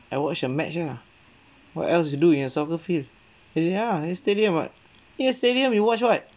and watch a match lah what else you do in a soccer field ya it's a stadium [what] the uh in a stadium you watch what